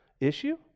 issue